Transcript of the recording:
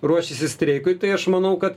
ruošiasi streikui tai aš manau kad